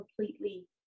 completely